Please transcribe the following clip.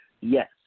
yes